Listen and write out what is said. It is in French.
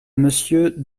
monsieur